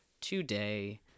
today